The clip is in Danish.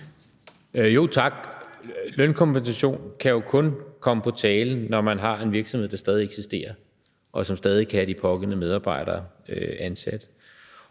Tak. Lønkompensation kan jo kun komme på tale, når man har en virksomhed, der stadig eksisterer, og som stadig kan have de pågældende medarbejdere ansat.